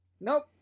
Nope